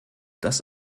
dass